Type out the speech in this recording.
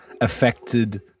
affected